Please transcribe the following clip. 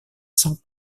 sans